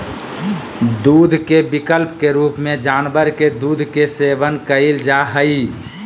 दूध के विकल्प के रूप में जानवर के दूध के सेवन कइल जा हइ